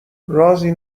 رازی